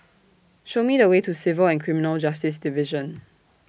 Show Me The Way to Civil and Criminal Justice Division